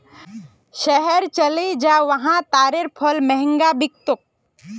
शहर चलइ जा वहा तारेर फल महंगा बिक तोक